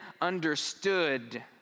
understood